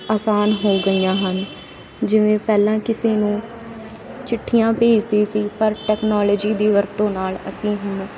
ਆਸਾਨ ਹੋ ਗਈਆਂ ਹਨ ਜਿਵੇਂ ਪਹਿਲਾਂ ਕਿਸੇ ਨੂੰ ਚਿੱਠੀਆਂ ਭੇਜਦੇ ਸੀ ਪਰ ਟੈਕਨੋਲੋਜੀ ਦੀ ਵਰਤੋਂ ਨਾਲ ਅਸੀਂ ਹੁਣ